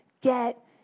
get